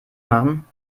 machen